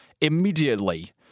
immediately